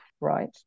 right